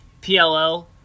PLL